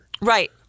right